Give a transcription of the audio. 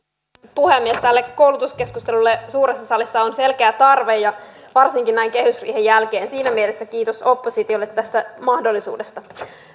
puhemies tälle koulutuskeskustelulle suuressa salissa on selkeä tarve ja varsinkin näin kehysriihen jälkeen siinä mielessä kiitos oppositiolle tästä mahdollisuudesta